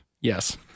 yes